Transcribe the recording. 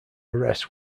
arrests